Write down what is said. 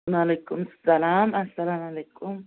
وعلیکُم اَسَلام اَسلام علیکُم